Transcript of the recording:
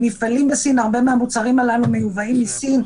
הרבה מהמוצרים הללו מיובאים מסין,